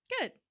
Good